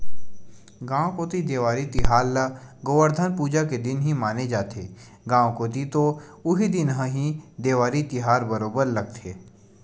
गाँव कोती देवारी तिहार ल गोवरधन पूजा के दिन ही माने जाथे, गाँव कोती तो उही दिन ह ही देवारी तिहार बरोबर लगथे